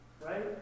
Right